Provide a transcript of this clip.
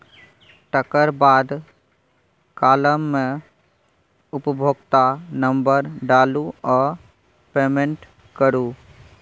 तकर बाद काँलम मे उपभोक्ता नंबर डालु आ पेमेंट करु